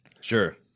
Sure